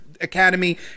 academy